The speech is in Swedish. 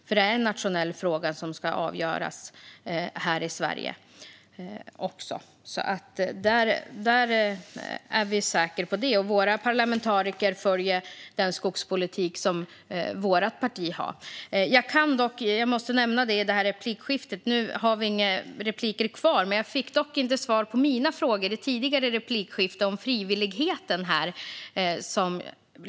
Det är också en nationell fråga som ska avgöras här i Sverige. Det är vi säkra på. Våra parlamentariker följer den skogspolitik som vårt parti har. Nu har vi inga repliker kvar i det här replikskiftet, men jag måste nämna att jag inte fick svar på mina frågor om frivilligheten i ett tidigare replikskifte.